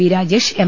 V Rajesh M